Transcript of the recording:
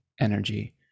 energy